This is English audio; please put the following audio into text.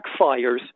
backfires